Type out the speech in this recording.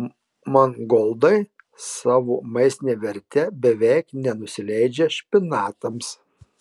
mangoldai savo maistine verte beveik nenusileidžia špinatams